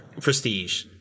prestige